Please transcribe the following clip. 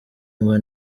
ngo